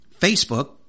facebook